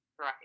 Right